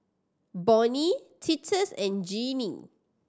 Bonny Titus and Jeannie